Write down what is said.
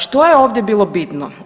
Što je ovdje bilo bitno?